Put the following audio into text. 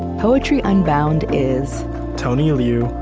poetry unbound is tony liu,